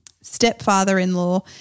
stepfather-in-law